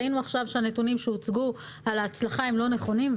ראינו עכשיו שהנתונים שהוצגו על ההצלחה אינם נכונים,